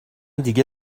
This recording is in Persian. دیگه